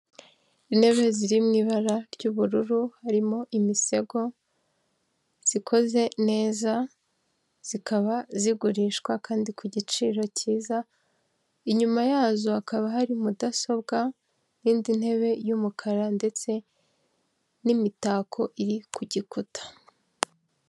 Intebe ziri mu ibara ry'ubururu, harimo imisego zikoze neza, zikaba zigurishwa kandi ku giciro cyiza, inyuma yazo hakaba hari mudasobwa n'indi ntebe y'umukara ndetse n'imitako iri ku gikuta.